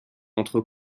entre